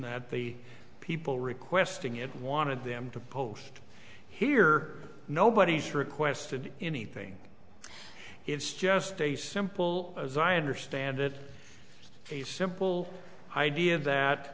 the people requesting it wanted them to post it here nobody's requested anything it's just a simple as i understand it the simple idea that